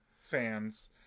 fans